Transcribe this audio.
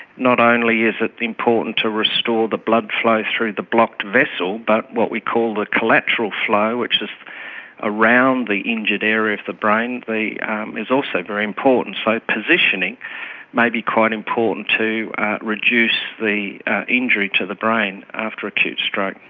not only is it important to restore the blood flow through the blocked vessel but what we call the collateral flow, which is around the injured area of the brain is also very important. so positioning may be quite important to reduce the ah injury to the brain after acute stroke.